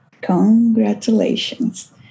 Congratulations